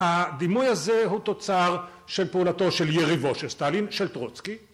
הדימוי הזה הוא תוצר של פעולתו של יריבו של סטלין של טרוצקי